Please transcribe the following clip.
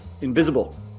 Invisible